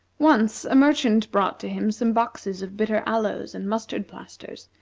once a merchant brought to him some boxes of bitter aloes, and mustard plasters,